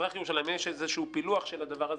מזרח ירושלים האם יש פילוח של הדבר הזה?